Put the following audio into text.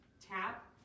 tap